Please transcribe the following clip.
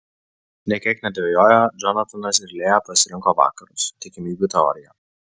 nė kiek nedvejoję džonatanas ir lėja pasirinko vakarus tikimybių teoriją